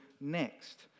next